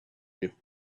you